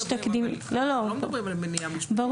אנחנו לא מדברים על מניעה משפטית.